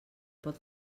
pot